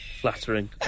flattering